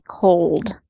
cold